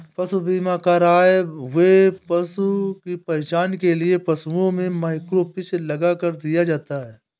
पशु बीमा कर आए हुए पशु की पहचान के लिए पशुओं में माइक्रोचिप लगा दिया जाता है